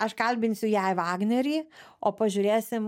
aš kalbinsiu jai vagnerį o pažiūrėsim